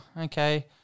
Okay